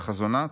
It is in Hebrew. וחזונה,